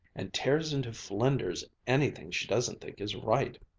and tears into flinders anything she doesn't think is right.